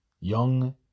Young